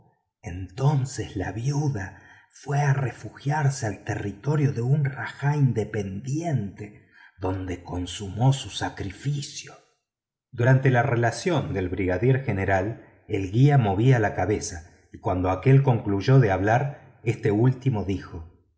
entonces la viuda fue a refugiarse al territorio de un rajá independiente donde consumó su sacrificio durante la relación del brigadier general el guía movía la cabeza y cuando aquél concluyó de hablar éste último dijo